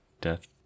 death